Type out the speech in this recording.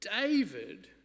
David